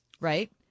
right